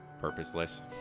purposeless